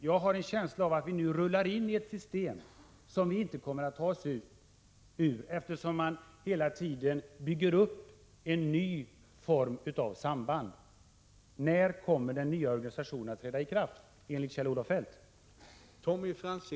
Jag har en känsla av att vi nu rullar in i ett system som vi inte kommer att kunna ta oss ur, eftersom man hela tiden bygger upp en ny form av samband. När kommer enligt Kjell-Olof Feldts uppfattning den nya organisationen att träda i kraft?